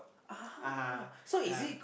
(uh huh) yeah